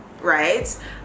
right